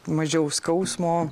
mažiau skausmo